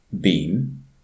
beam